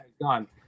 done